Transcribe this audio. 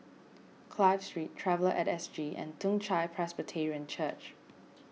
Clive Street Traveller at S G and Toong Chai Presbyterian Church